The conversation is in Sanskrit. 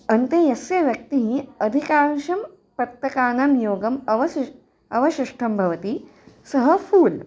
अन्ते यस्य व्यक्तिः अधिकांशं पत्तकानां योगम् अवशि अवशिष्टं भवति सः फ़ूल्